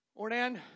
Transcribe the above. Ornan